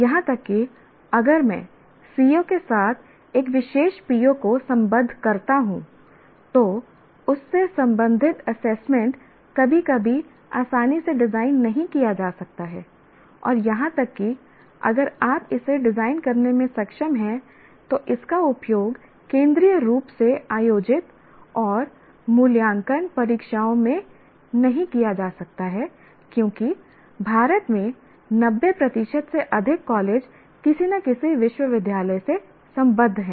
यहां तक कि अगर मैं CO के साथ एक विशेष PO को संबद्ध करता हूं तो उस से संबंधित एसेसमेंट कभी कभी आसानी से डिजाइन नहीं किया जा सकता है और यहां तक कि अगर आप इसे डिजाइन करने में सक्षम हैं तो इसका उपयोग केंद्रीय रूप से आयोजित और मूल्यांकन परीक्षाओं में नहीं किया जा सकता है क्योंकि भारत में 90 प्रतिशत से अधिक कॉलेज किसी न किसी विश्वविद्यालय से संबद्ध हैं